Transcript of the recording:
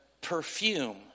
perfume